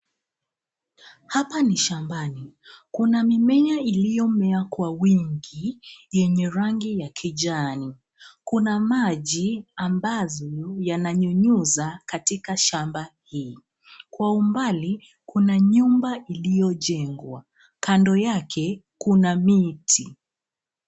Hapa ni shambani kuna mimea iliyomea kwa wingi yenye rangi ya kijani. Kuna maji ambazo yananyunyuza katika shamba hii. Kwa umbali kuna nyumba inayo jengwa kando yake kuna miti.